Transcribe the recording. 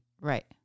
Right